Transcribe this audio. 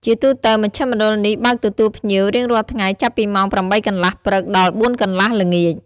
ជាទូទៅមជ្ឈមណ្ឌលនេះបើកទទួលភ្ញៀវ រៀងរាល់ថ្ងៃ ចាប់ពីម៉ោង ៨:៣០ ព្រឹក ដល់ ៤:៣០ ល្ងាច ។